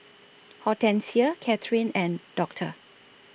Hortencia Catherine and Doctor